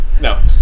No